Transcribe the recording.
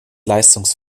leistungs